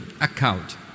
account